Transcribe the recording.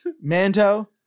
Manto